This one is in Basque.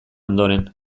ondoren